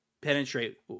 penetrate